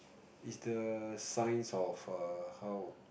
it's the signs of err how